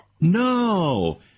No